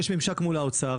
יש ממשק מול האוצר,